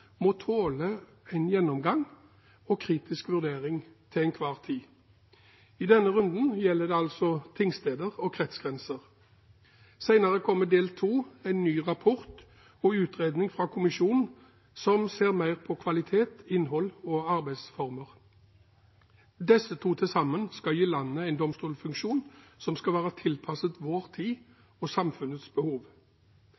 må tåle en gjennomgang og kritisk vurdering. I denne runden gjelder det altså tingsteder og kretsgrenser. Senere kommer del to, en ny rapport og utredning fra kommisjonen, som ser mer på kvalitet, innhold og arbeidsformer. Disse to til sammen skal gi landet en domstolfunksjon som skal være tilpasset vår tid